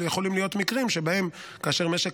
אבל יכולים להיות מקרים שבהם כאשר משק